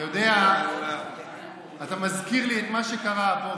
אתה מזכיר לי את מה שקרה הבוקר.